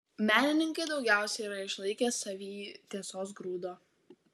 menininkai daugiausiai yra išlaikę savyj tiesos grūdo